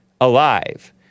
Alive